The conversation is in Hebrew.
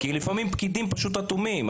כי לפעמים פקידים הם פשוט אטומים.